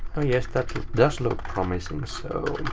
oh yes that does look promising. so